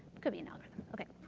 could be an algorithm. okay.